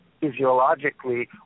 physiologically